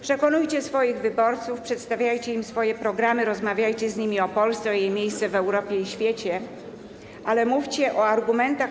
Przekonujcie swoich wyborców, przedstawiajcie im swoje programy, rozmawiajcie z nimi o Polsce, o jej miejscu w Europie i na świecie, ale mówcie o argumentach.